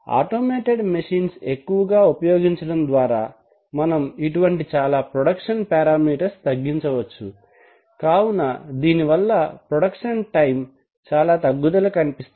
automated machines ఎక్కువగా ఉపయోగించడం ద్వారా మనం ఇటువంటి చాలా ప్రొడక్షన్ పారామీటర్స్ తగ్గించవచ్చు కావున దీని వల్ల ప్రొడక్షన్ టైం చాలా తగ్గుదల కనిపిస్తోంది